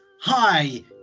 Hi